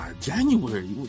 January